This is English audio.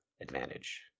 advantage